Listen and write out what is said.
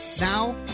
Now